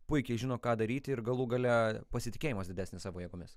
puikiai žino ką daryti ir galų gale pasitikėjimas didesnis savo jėgomis